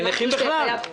לנכים בכלל.